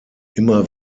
immer